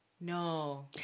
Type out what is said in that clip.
No